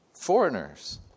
foreigners